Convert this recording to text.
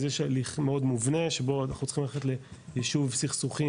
אז יש הליך מאוד מובנה שבו אנחנו צריכים ללכת ליישוב סכסוכים,